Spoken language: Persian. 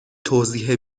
توضیح